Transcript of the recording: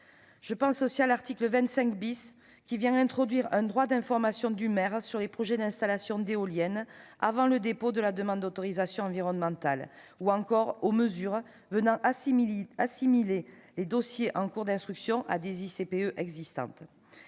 Je pense à l'article 25, qui introduit un droit d'information du maire sur les projets d'installation d'éoliennes avant le dépôt de la demande d'autorisation environnementale ou aux mesures assimilant les dossiers en cours d'instruction à des ICPE existantes.